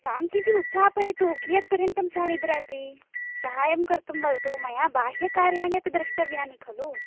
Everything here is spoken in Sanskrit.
तां किञ्चित् उत्थापयतु कीयत्पर्यन्तं सा निद्राति सहायं कर्तुं वदतु मया बाह्यकार्याणि अपि द्रष्टव्यानि खलु